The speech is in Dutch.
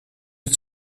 het